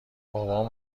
بابام